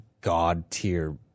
god-tier